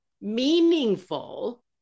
meaningful